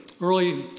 Early